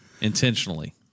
intentionally